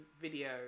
video